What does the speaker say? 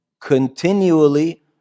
continually